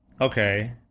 okay